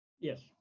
Yes